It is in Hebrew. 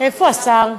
איפה השר?